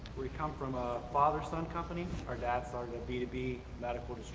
we come from a father-son company. our dad started b two b, medical